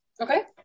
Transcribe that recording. Okay